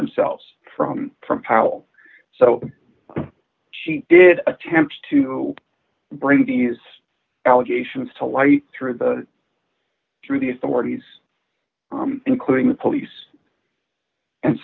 mselves from from powell so she did attempt to bring these allegations to light through the through the authorities including the police and